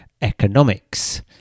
economics